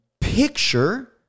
picture